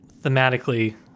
thematically